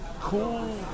Cool